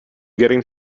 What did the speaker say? getting